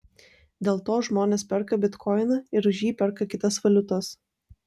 dėl to žmonės perka bitkoiną ir už jį perka kitas valiutas